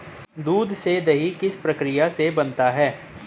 दूध से दही किस प्रक्रिया से बनता है?